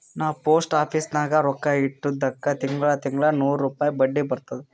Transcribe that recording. ನಾ post office ನಾಗ್ ರೊಕ್ಕಾ ಇಟ್ಟಿದುಕ್ ತಿಂಗಳಾ ತಿಂಗಳಾ ನೂರ್ ರುಪಾಯಿ ಬಡ್ಡಿ ಬರ್ತುದ್